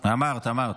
אמרת, אמרת.